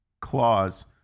clause